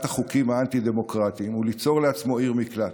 החוקים האנטי-דמוקרטיים וליצור לעצמו עיר מקלט.